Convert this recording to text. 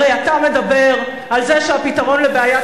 הרי אתה מדבר על זה שהפתרון לבעיית